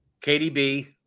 KDB